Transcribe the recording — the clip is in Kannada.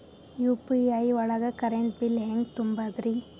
ಯು.ಪಿ.ಐ ಒಳಗ ಕರೆಂಟ್ ಬಿಲ್ ಹೆಂಗ್ ತುಂಬದ್ರಿ?